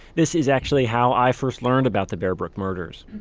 this is actually how i first learned about the bear brook murders.